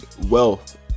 Wealth